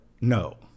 no